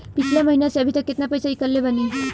पिछला महीना से अभीतक केतना पैसा ईकलले बानी?